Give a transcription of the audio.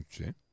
Okay